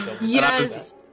Yes